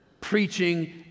preaching